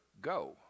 go